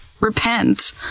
Repent